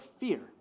fear